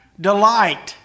delight